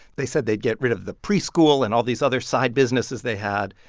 they said they'd get rid of the preschool and all these other side businesses they had.